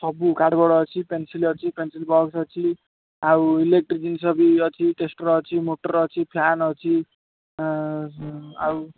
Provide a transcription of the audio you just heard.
ଏ ସବୁ cardboard ଅଛି pencil ଅଛି ପେନସିଲ୍ ବକ୍ସ୍ ଅଛି ଆଉ ଇଲେକ୍ଟ୍ରି ଜିନିଷ ବି ଅଛି ଟେଷ୍ଟର ଅଛି ମୋଟର୍ ଅଛି ଫ୍ୟାନ୍ ଅଛି ଆଉ